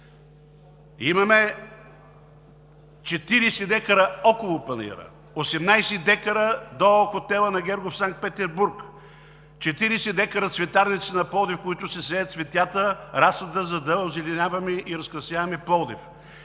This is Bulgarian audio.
Имаме 40 декара около Панаира, 18 декара до хотела на Гергов „Санкт Петербург“, 40 декара цветарници на Пловдив, в които се сеят цветята, разсадът, за да озеленяваме и да разкрасяваме Пловдив.